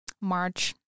March